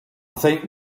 think